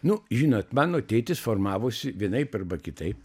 nu žinot mano tėtis formavosi vienaip arba kitaip